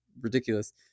ridiculous